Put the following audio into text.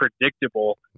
predictable